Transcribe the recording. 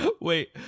Wait